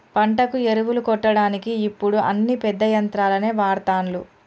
పంటకు ఎరువులు కొట్టడానికి ఇప్పుడు అన్ని పెద్ద యంత్రాలనే వాడ్తాన్లు